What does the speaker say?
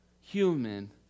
human